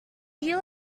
you